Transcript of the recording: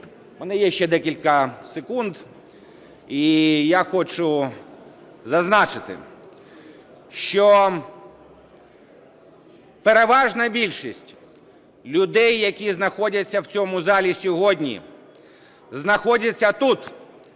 мене є ще декілька секунд, і я хочу зазначити, що переважна більшість людей, які знаходяться в цьому залі сьогодні, знаходяться тут